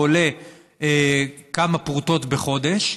או עולה כמה פרוטות בחודש,